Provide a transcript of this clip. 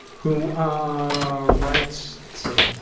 who, ah, writes, let's see,